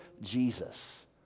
Jesus